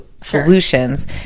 solutions